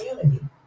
community